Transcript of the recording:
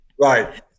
Right